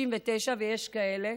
ויש כאלה,